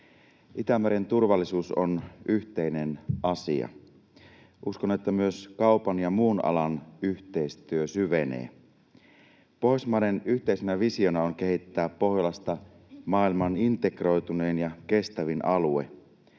Itämeren turvallisuus on yhteinen asia. Uskon, että myös kaupan ja muun alan yhteistyö syvenee. Pohjoismaiden yhteisenä visiona on kehittää Pohjolasta maailman integroitunein ja kestävin alue.